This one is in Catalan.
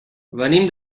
venim